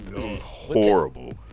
Horrible